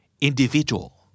Individual